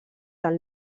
del